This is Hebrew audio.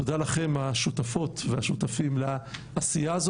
תודה לכן השותפות והשותפים לעשייה הזו